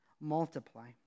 multiply